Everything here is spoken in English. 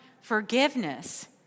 forgiveness